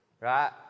Right